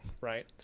right